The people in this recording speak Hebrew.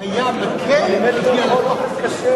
היה מקל על-פי ההלכה,